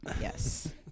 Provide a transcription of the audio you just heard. yes